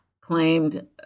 claimed